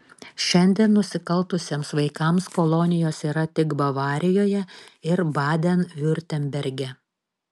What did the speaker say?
šiandien nusikaltusiems vaikams kolonijos yra tik bavarijoje ir baden viurtemberge